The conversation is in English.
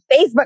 Facebook